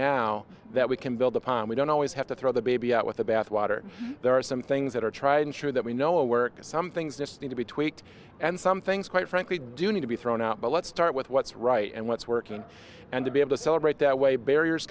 now that we can build upon we don't always have to throw the baby out with the bathwater there are some things that are trying sure that we know work or some things just need to be tweaked and some things quite frankly do need to be thrown out but let's start with what's right and what's working and to be able to celebrate that way barriers